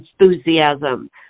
enthusiasm